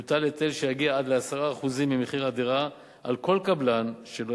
יוטל היטל שיגיע עד ל-10% ממחיר הדירה על כל קבלן שלא